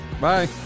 Bye